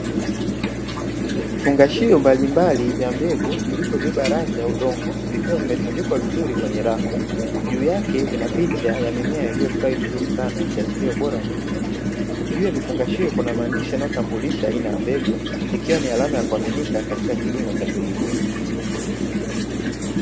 Vifungashio mbalimbali vya mbegu, vilivyobeba rangi ha udongo, vikiwa vimetundikwa vizuri kwenye rafu, juu yake vina picha ya mimea iliyostawi vizuri sana ikiashiria ubora wa mbegu hizo. Juu ya vifungashio kuna maandishi yanayotambulisha aina ya mbegu, ikiwa ni alama ya kuaminika katika kilimo cha mbegu bora.